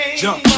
jump